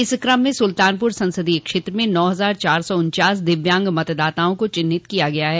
इस कम में सुल्तानपुर संसदीय क्षेत्र में नौ हजार चार सौ उन्चास दिव्यांग मतदाताओं को चिन्हित किया गया है